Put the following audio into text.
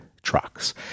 trucks